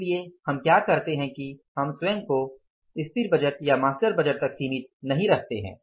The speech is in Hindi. इसलिए हम क्या करते हैं की हम स्वयं को स्थिर बजट या मास्टर बजट तक सीमित नहीं रखते हैं